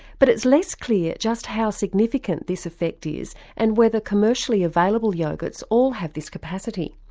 but it's less clear just how significant this effect is and whether commercially available yoghurts all have this capacity.